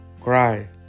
Cry